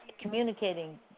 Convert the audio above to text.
communicating